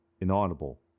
inaudible